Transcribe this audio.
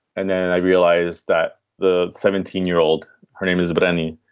and then i realize that the seventeen year old, her name is about any.